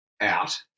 out